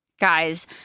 Guys